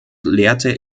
lehrte